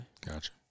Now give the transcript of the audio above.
Gotcha